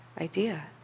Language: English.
idea